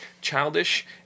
childish